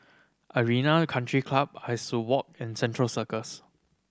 Arena Country Club Soo Walk and Central Circus